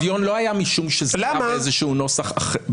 השוויון לא היה משום שזה איזשהו נוסח אחר.